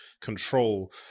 control